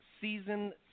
Season